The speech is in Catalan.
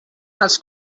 els